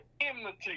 enmity